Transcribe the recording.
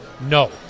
No